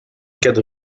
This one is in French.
quatre